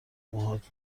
موهات